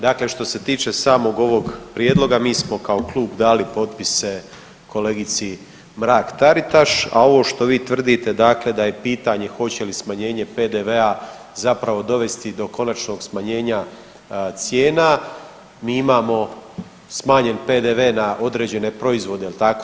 Dakle, što se tiče samog ovog Prijedloga, mi smo kao klub dali potpise kolegici Mrak-Taritaš, a ovo što vi tvrdite dakle da je pitanje hoće li smanjenje PDV-a zapravo dovesti do konačnog smanjenja cijena, mi imamo smanjen PDV na određene proizvode, je li tako?